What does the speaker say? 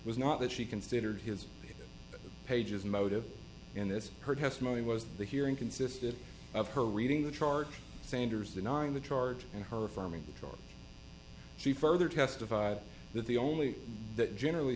was not that she considered his pages a motive in this her testimony was the hearing consisted of her reading the chart sanders denying the charge and her farming detroit she further testified that the only that generally